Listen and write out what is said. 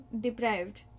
deprived